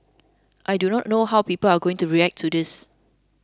I do not know how people are going to react to this